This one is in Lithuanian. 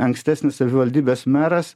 ankstesnis savivaldybės meras